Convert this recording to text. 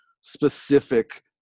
specific